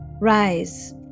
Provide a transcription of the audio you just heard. rise